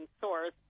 source